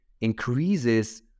increases